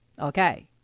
Okay